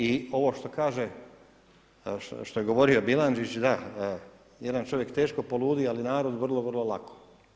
I ovo što kaže, što je govorio Bilandžić da, jedan čovjek teško poludi, ali narod, vrlo, vrlo lako.